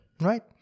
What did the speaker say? right